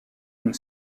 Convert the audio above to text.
une